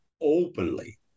openly